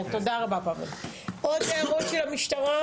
עוד הערות של המשטרה